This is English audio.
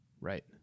right